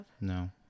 No